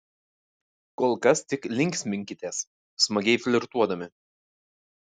kol kas tik linksminkitės smagiai flirtuodami